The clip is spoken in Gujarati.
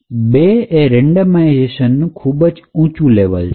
2 રેન્ડમાઇઝેશન નું ઊંચું લેવલ છે